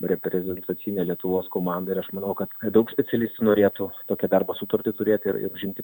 reprezentacinė lietuvos komanda ir aš manau kad daug specialistų norėtų tokią darbo sutartį turėti ir užimti